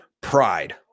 Pride